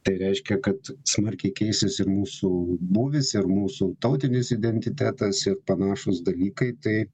tai reiškia kad smarkiai keisis ir mūsų būvis ir mūsų tautinis identitetas ir panašūs dalykai tai